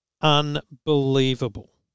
unbelievable